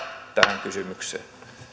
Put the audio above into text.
tähän kysymykseen